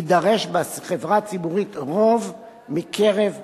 יידרש בחברה הציבורית רוב מקרב המיעוט.